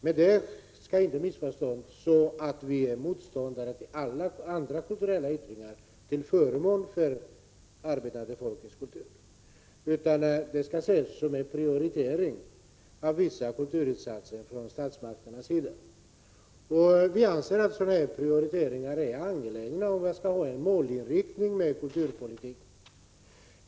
Men det får inte missförstås så att vi skulle vara motståndare till alla andra kulturella yttringar till förmån för det arbetande folkets kultur, utan det skall ses som en prioritering från statsmakternas sida av vissa kulturinsatser. Vi anser att sådana prioriteringar är angelägna om man skall ha en målinriktning med. kulturpolitiken.